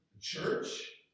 church